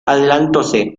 adelantóse